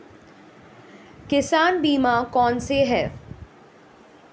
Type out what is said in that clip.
किसान बीमा कौनसे हैं?